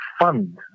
fund